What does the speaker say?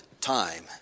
time